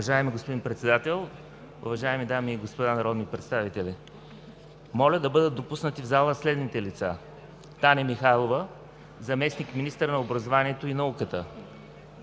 Уважаеми господин Председател, уважаеми дами и господа народни представители! Моля да бъдат допуснати в залата следните лица: Таня Михайлова – заместник-министър на образованието и науката;